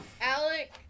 Alec